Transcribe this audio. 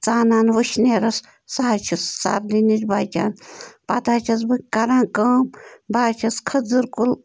ژانان وٕشنیرس سَہ حظ چھُ سردی نِش بَچن پتہٕ حظ چھَس بہٕ کَران کٲم بہٕ حظ چھس کھٔزٕر کُل